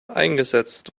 eingesetzt